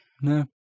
No